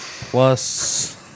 Plus